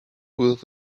with